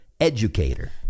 educator